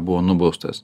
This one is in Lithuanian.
buvo nubaustas